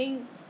so 你是